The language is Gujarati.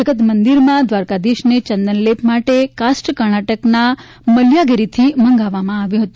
જગતમંદિરમાં દ્વારકાધિશને ચંદનલેપ માટેનું કાષ્ઠ કર્ણાટકના મલ્યાગીરીથી મંગાવવામાં આવ્યું છે